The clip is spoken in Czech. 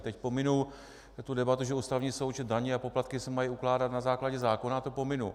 Teď pominu tu debatu, že Ústavní soud , že daně a poplatky se mají ukládat na základě zákona, to pominu.